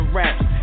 raps